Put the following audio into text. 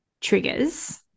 triggers